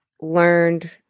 learned